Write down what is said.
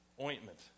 ointment